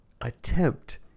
attempt